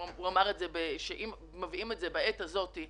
הוא אמר שאם מביאים את זה בעת הזאת,